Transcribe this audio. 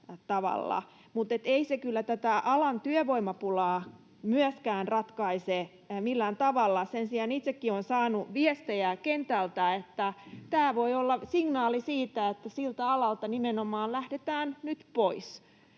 Mutta ei se kyllä tätä alan työvoimapulaa myöskään ratkaise millään tavalla — sen sijaan itsekin olen saanut viestejä kentältä, että tämä voi olla signaali siitä, että siltä alalta nimenomaan lähdetään nyt pois.